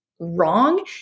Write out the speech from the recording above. wrong